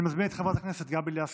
אני מזמין את חברת הכנסת גבי לסקי.